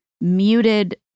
muted